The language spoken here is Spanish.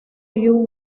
you